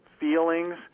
feelings